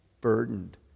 burdened